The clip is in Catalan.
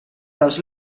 dels